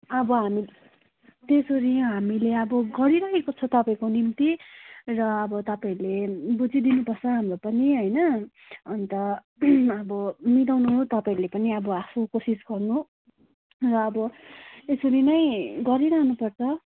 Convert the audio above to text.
अह हामी त्यसरी हामीले अब गरिरहेको छ तपाईँको निम्ति र अब तपाईँहरूले बुझिदिनु पर्छ हाम्रो पनि होइन अन्त अब मिलाउनु तपाईँहरूले पनि आफू कोसिस गर्नु र अब यसरी नै गरिरहनुपर्छ